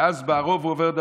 ואז בערוב הוא עובר,